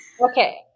okay